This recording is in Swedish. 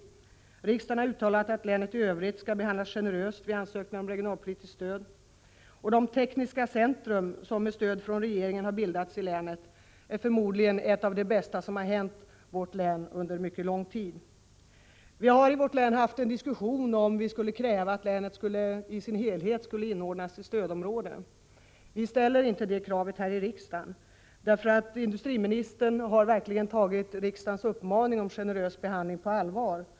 Riksdagen har uttalat att länet i övrigt skall behandlas generöst vid ansökningar om regionalpolitiskt stöd, som kan utgå efter särskilt beslut. De tekniska centra som med stöd från regeringen bildats i länet är väl något av det bästa som hänt vårt län på mycket lång tid. Det har i vårt län förts en diskussion om huruvida vi skulle kräva att länet i sin helhet skulle inordnas i stödområden. Vi ställer inte det kravet här i riksdagen, för industriministern har verkligen tagit riksdagens uppmaning att behandla länet generöst på allvar.